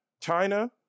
China